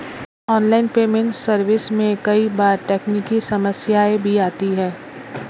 online payment service में कई बार तकनीकी समस्याएं भी आती है